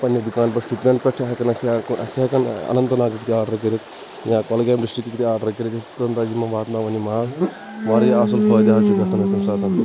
پَننہِ دُکان پیٚٹھٕ شُپین پیٚٹھٕ چھِ ہیٚکن اَسہِ ساروٕے کھۄتہٕ اَصٕل الحمداللہ اَلحمدُلِلہ تہِ آڈر کٔرِتھ یا کۅلگٲمۍ ڈِسٹرٛکٕکۍ تہِ آڈَر کٔرمٕتۍ توٚتام چھُس بہٕ واتناوان یہِ ماز واریاہ اَصٕل فٲیِدٕ حظ چھُ گژھان اَسہِ اَمہِ سٟتۍ